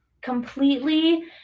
completely